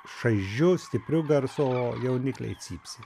šaižiu stipriu garsu o jaunikliai cypsi